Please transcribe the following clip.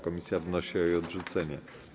Komisja wnosi o jej odrzucenie.